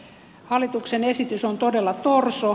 hallituksen esitys on todella torso